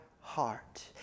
heart